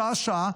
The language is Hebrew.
שעה-שעה,